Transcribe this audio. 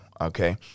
Okay